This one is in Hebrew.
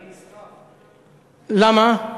למה?